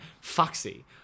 Foxy